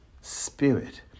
spirit